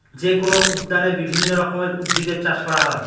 যেকোনো উদ্যানে বিভিন্ন রকমের উদ্ভিদের চাষ করা হয়